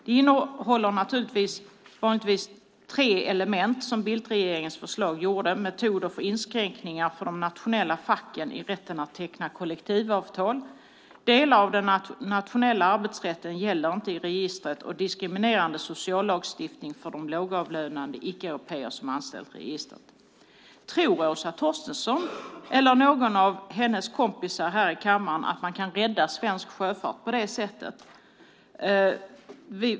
Bildtregeringens förslag innehåller tre element: Metoder för inskränkningar för de nationella facken i rätten att teckna kollektivavtal, delar av den nationella arbetsrätten gäller inte i registret och det är en diskriminerande sociallagstiftning för de lågavlönade icke-européer som är anställda enligt registret. Tror Åsa Torstensson eller någon av hennes kompisar här i kammaren att man kan rädda svensk sjöfart på det sättet?